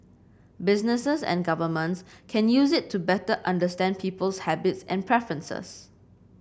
businesses and governments can use it to better understand people's habits and preferences